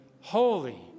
Holy